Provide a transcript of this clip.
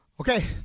Okay